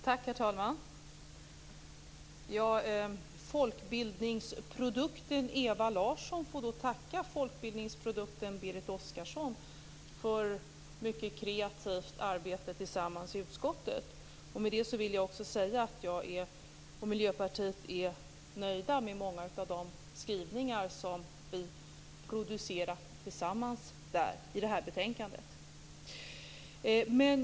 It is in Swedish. Herr talman! Folkbildningsprodukten Ewa Larsson får då tacka folkbildningsprodukten Berit Oscarsson för mycket kreativt gemensamt arbete i utskottet. Med det vill jag också säga att jag och Miljöpartiet är nöjda med många av de skrivningar som vi har producerat tillsammans till detta betänkande.